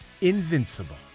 invincible